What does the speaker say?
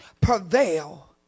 prevail